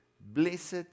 blessed